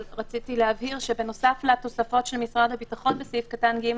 אבל רציתי להבהיר שבנוסף לתוספות של משרד הביטחון בסעיף קטן (ג),